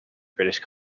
british